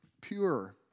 pure